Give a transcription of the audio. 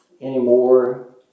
anymore